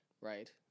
right